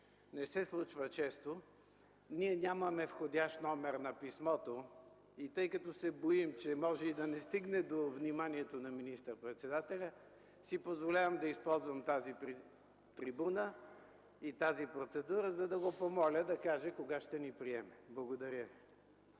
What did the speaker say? не се случва често. Нямаме входящ номер на писмото и тъй като се боим, че може и да не стигне до вниманието на министър-председателя, си позволявам да използвам тази трибуна и тази процедура, за да го помоля да каже кога ще ни приеме. Благодаря